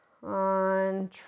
on